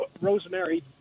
Rosemary